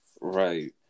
right